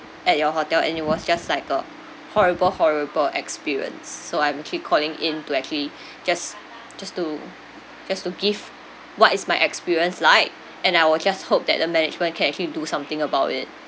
at your hotel and it was just like a horrible horrible experience so I'm actually calling in to actually just just to just to give what is my experience like and I'll just hope that the management can actually do something about it